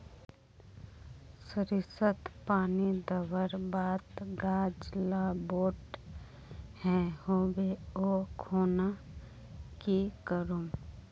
सरिसत पानी दवर बात गाज ला बोट है होबे ओ खुना की करूम?